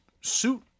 suit